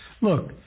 Look